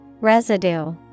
Residue